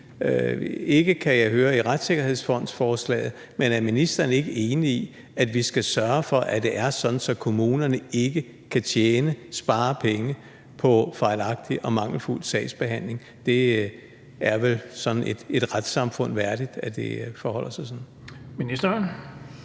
ikke enig i retssikkerhedsfondsforslaget, men er ministeren ikke enig i, at vi skal sørge for, at det ikke er sådan, at kommunerne kan tjene penge, spare penge, på en fejlagtig og mangelfuld sagsbehandling? Det er vel et retssamfund værdigt, at det forholder sig sådan.